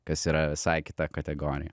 kas yra visai kita kategorija